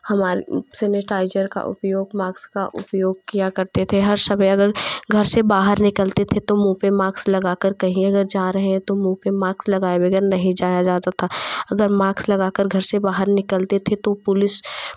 हमा सेनीटाइज़र का उपयोग माक्स का उपयोग किया करते थे हर समय अगर घर से बाहर निकलते थे तो मुँह पे माक्स लगाकर कहीं अगर जा रहे हैं तो मुँह पे माक्स लगाए बगैर नहीं जाया जाता था अगर माक्स लगाकर घर से बाहर निकलते थे तो पुलिस